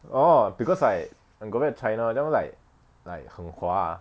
oh because like I go back china then like like 很滑